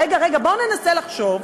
רגע, רגע, בואו ננסה לחשוב,